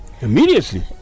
immediately